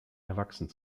erwachsen